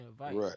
Right